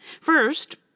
first